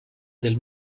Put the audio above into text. del